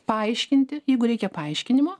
paaiškinti jeigu reikia paaiškinimo